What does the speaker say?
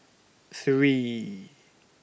three